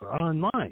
online